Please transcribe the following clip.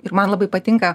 ir man labai patinka